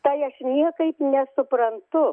tai aš niekaip nesuprantu